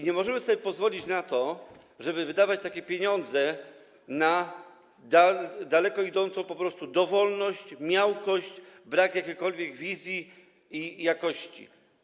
Nie możemy sobie pozwolić na to, żeby wydawać takie pieniądze na daleko idącą dowolność, miałkość, na brak jakiejkolwiek wizji i jakości.